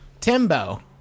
Timbo